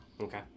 Okay